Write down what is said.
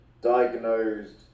diagnosed